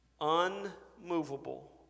unmovable